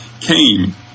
came